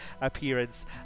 appearance